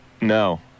No